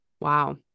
Wow